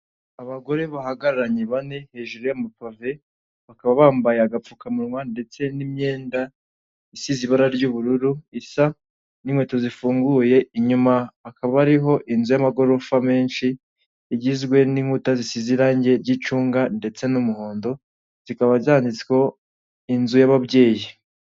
Abagore bahagararanye bane, hejuru ya mapave bakaba bambaye agapfukamunwa ndetse n'imyenda isize ibara ry'ubururu, isa n'inkweto zifunguye, inyuma hakaba hariho inzu y'amagorofa menshi igizwe n'inkuta zisize irange ry'icunga ndetse n'umuhondo, zikaba zanditsweho inzu y'ababyeyi.